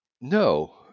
No